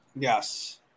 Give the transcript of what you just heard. Yes